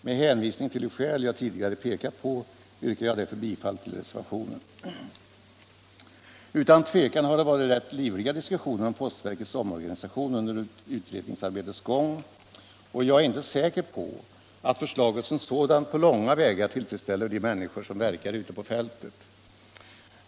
Med hänvisning till de skäl jag tidigare pekat på yrkar jag bifall till reservationen. Utan tvivel har det varit rätt livliga diskussioner om postverkets omorganisation under utredningsarbetets gång, och jag är inte säker på att förslaget som sådant på långa vägar tillfredsställer de människor som verkar ute på fältet.